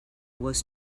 was